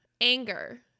anger